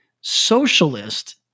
socialist